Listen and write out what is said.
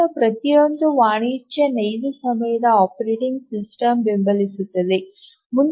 ಇದನ್ನು ಪ್ರತಿಯೊಂದು ವಾಣಿಜ್ಯ ನೈಜ ಸಮಯದ ಆಪರೇಟಿಂಗ್ ಸಿಸ್ಟಮ್ ಬೆಂಬಲಿಸುತ್ತದೆ